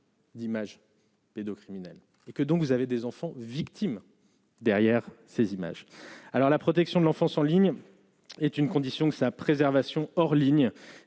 D'images. Pédocriminels et que donc, vous avez des enfants victimes derrière ces images, alors la protection de l'enfance en ligne est une condition que sa préservation hors ligne